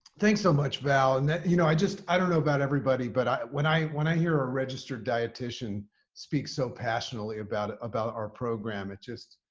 thanks so much, val. and, you know, i just i don't know about everybody, but when i when i hear a registered dietitian speak so passionately about about our program, it just,